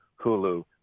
Hulu